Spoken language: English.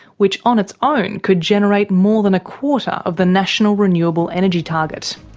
which on its own could generate more than a quarter of the national renewable energy target.